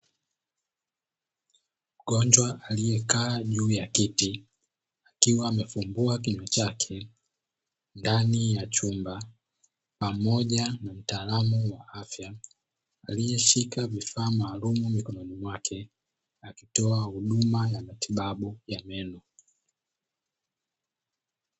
Mgonjwa aliyekaa juu ya kiti akiwa amefumbua kinywa chake ndani ya chumba pamoja na mtaalamu wa afya, aliyeshika vifaa maalumu mikononi mwake akitoa huduma ya matibabu ya meno.